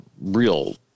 real